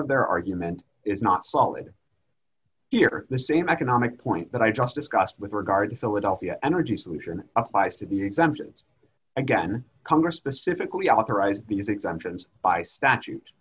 of their argument is not solid here the same economic point that i just discussed with regard to philadelphia energy solution applies to the exemptions again congress specifically authorized the use exemptions by statute